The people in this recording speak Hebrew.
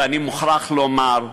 ואני מוכרח לומר,